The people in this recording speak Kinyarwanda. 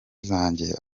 zanjye